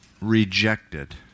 rejected